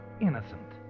innocent